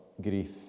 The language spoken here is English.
grief